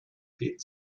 hit